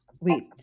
wait